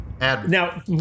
Now